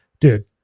dude